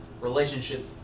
relationship